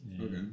Okay